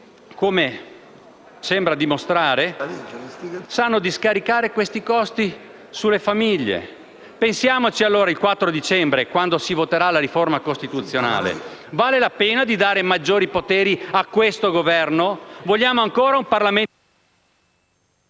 come sembra si stia dimostrando - sanno di scaricare questi costi sulle famiglie. Pensiamoci allora il 4 dicembre quando si voterà la riforma costituzionale: vale la pena di dare maggiori poteri a questo Governo? Vogliamo ancora un Parlamento